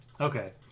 Okay